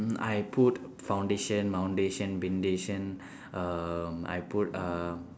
mm I put foundation um I put uh